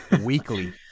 Weekly